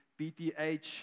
BTH